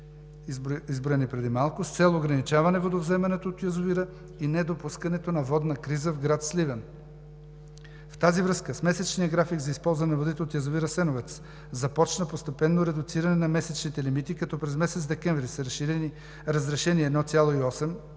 изброени преди малко, с цел ограничаване водовземането от язовира и недопускането на водна криза в град Сливен. В тази връзка с месечния график за използване на водите от язовир „Асеновец“ започна постепенно редуциране на месечните лимити, като през месец декември са разрешени 1,8 млн.